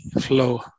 flow